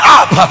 up